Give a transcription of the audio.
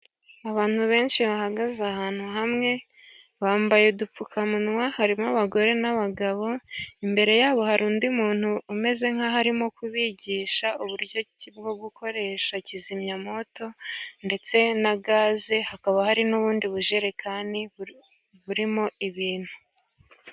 Abantu benshi bahagaze ahantu hamwe, bambaye udupfukamunwa, harimo abagore n'abagabo. Imbere yabo hari undi muntu umeze nkaho arimo kubigisha uburyo ki bwo gukoresha kizimyamwoto ndetse na gaze, hakaba hari n'ubundi bujerekani burimo ibintu.